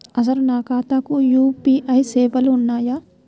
అసలు నా ఖాతాకు యూ.పీ.ఐ సేవలు ఉన్నాయా?